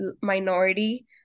minority